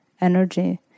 energy